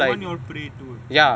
the [one] you all pray to